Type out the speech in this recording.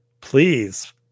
Please